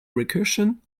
recursion